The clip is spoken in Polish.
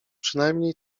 przynajmniej